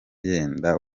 yenda